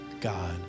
God